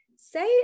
Say